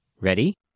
Ready